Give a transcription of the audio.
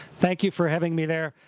thank you for having me there.